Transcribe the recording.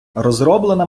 розроблена